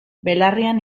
belarrian